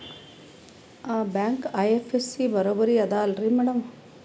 ಆ bank IFSC ಬರೊಬರಿ ಅದಲಾರಿ ಮ್ಯಾಡಂ?